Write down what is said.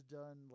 done